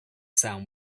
sound